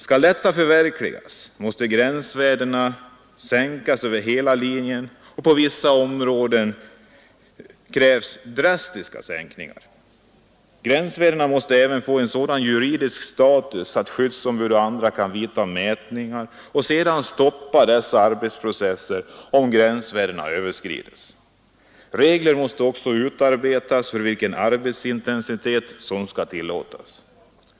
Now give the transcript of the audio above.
Skall detta förverkligas, måste gränsvärdena sänkas över hela linjen, och på vissa områden krävs drastiska sänkningar. Gränsvärdena måste även få en sådan juridisk status att skyddsombud och andra kan vidta mätningar och sedan stoppa dessa arbetsprocesser om gränsvärdena överskrids. Regler måste också utarbetas för vilken arbetsintensitet som skall tillåtas.